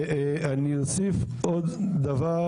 אני אוסיף עוד דבר